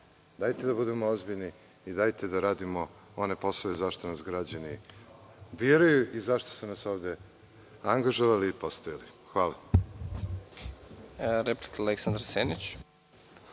Dajte da budemo ozbiljni i dajte da radimo one poslove zašta nas građani biraju i zašto su nas ovde angažovali i postavili. Hvala.